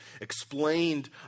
explained